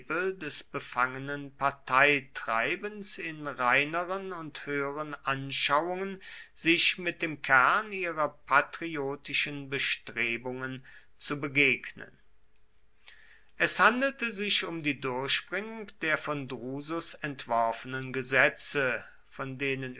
des befangenen parteitreibens in reineren und höheren anschauungen sich mit dem kern ihrer patriotischen bestrebungen zu begegnen es handelte sich um die durchbringung der von drusus entworfenen gesetze von denen